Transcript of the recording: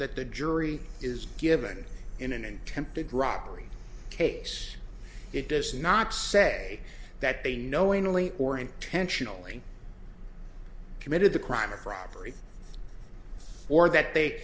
that the jury is given in an attempted robbery case it does not say that they knowingly or intentionally committed the crime of robbery or that they